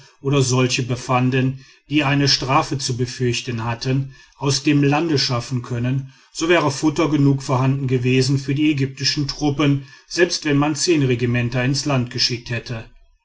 oder solche befanden die eine strafe zu befürchten hatten aus dem lande schaffen können so wäre futter genug vorhanden gewesen für die ägyptischen truppen selbst wenn man zehn regimenter ins land geschickt hätte